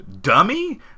Dummy